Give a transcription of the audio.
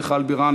מיכל בירן,